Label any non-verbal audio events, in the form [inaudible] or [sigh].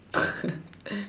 [laughs]